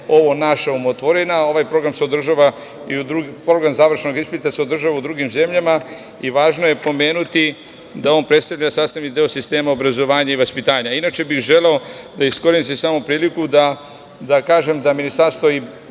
ovo naša umotvorina, ovaj program, program završnog ispita se održava i u drugim zemljama i važno je pomenuti da on predstavlja sastavni deo sistema obrazovanja i vaspitanja. Inače, želeo bih samo da iskoristim priliku da kažem da Ministarstvo i